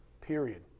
period